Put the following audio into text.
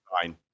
fine